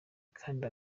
kandi